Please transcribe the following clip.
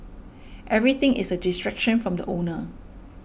everything is a distraction from the owner